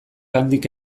handik